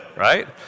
right